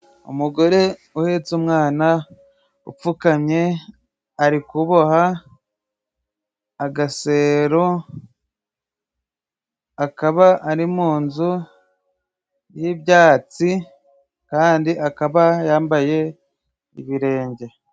Umugore uhetse umwana upfukamye ari kuboha agasero, akaba ari mu nzu y'ibyatsi, kandi akaba yambaye ibirenge.